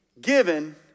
given